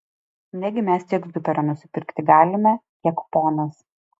negi mes tiek zuperio nusipirkti galime kiek ponas